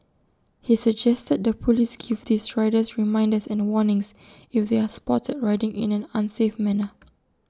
he suggested the Police give these riders reminders and warnings if they are spotted riding in an unsafe manner